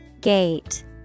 Gate